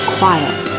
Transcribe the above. quiet